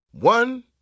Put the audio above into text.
One